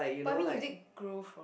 but i mean you did grow from